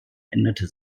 änderte